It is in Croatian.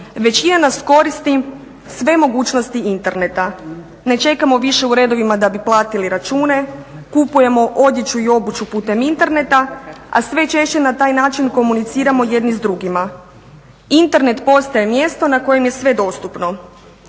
Većina nas koristi sve mogućnosti interneta. Ne čekamo više u redovima da bi platili račune, kupujemo odjeću i obuću putem interneta, a sve češće na taj način komuniciramo jedni s drugima. Internet postaje mjesto na kojem je sve dostupno.